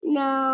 no